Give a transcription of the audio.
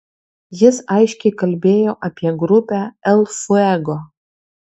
jis aiškiai kalbėjo apie grupę el fuego